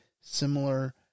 similar